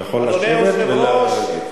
אתה יכול לשבת ולהגיב.